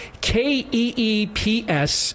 K-E-E-P-S